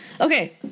Okay